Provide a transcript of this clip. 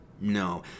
No